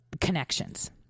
connections